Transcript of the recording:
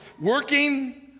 working